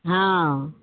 हँ